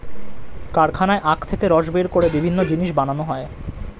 কারখানায় আখ থেকে রস বের করে বিভিন্ন জিনিস বানানো হয়